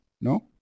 No